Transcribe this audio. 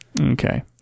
Okay